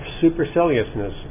superciliousness